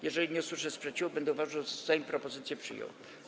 Jeżeli nie usłyszę sprzeciwu, będę uważał, że Sejm propozycje przyjął.